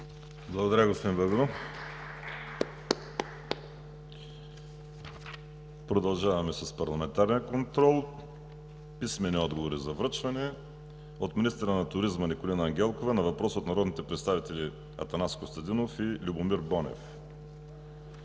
Благодаря, господин Богданов. Продължаваме парламентарния контрол. Писмени отговори за връчване от: - министъра на туризма Николина Ангелкова на въпрос от народните представители Атанас Костадинов и Любомир Бонев;